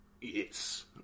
Yes